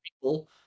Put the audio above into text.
people